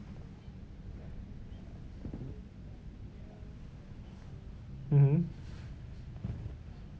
mmhmm